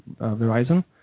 Verizon